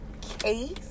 case